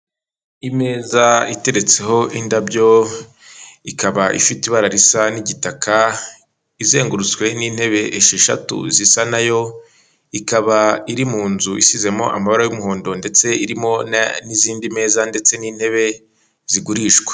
Imeza iteretseho indabyo ikaba ifite ibara risa n'igitaka, izengurutswe n'intebe esheshatu zisa nayo, ikaba iri mu nzu isizwemo amabara y'umuhondo ndetse irimo n'izindi meza ndetse n'intebe zigurishwa.